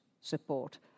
support